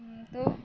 তো